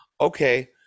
okay